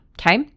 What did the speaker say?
okay